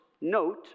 note